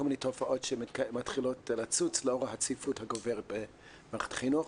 מיני תופעות שמתחילות לצוץ לאור הצפיפות הגוברת במערכת החינוך.